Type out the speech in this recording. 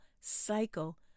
cycle